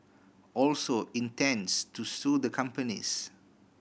also intends to sue the companies